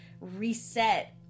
reset